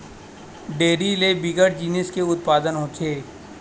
dairy ले बिकट जिनिस के उत्पादन होथे